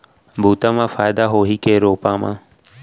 बुता म फायदा होही की रोपा म?